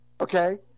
Okay